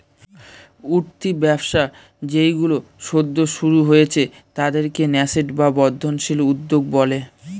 উঠতি ব্যবসা যেইগুলো সদ্য শুরু হয়েছে তাদেরকে ন্যাসেন্ট বা বর্ধনশীল উদ্যোগ বলে